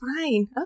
fine